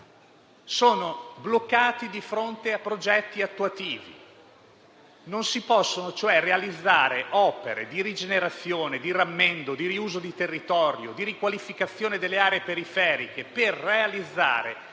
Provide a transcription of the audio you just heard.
sono bloccati di fronte a progetti attuativi: non si possono cioè realizzare opere di rigenerazione, di rammendo, di riuso di territorio, di riqualificazione delle aree periferiche per realizzare